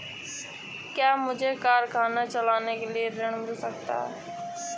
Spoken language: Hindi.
क्या मुझे कारखाना चलाने के लिए ऋण मिल सकता है?